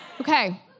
Okay